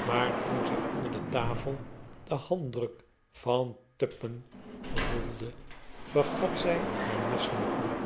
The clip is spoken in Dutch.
maar toen zij onder de tafel den handdruk van tupman voelde vergat zij haar misnoegen